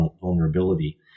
vulnerability